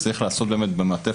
צריך לעשות במעטפת,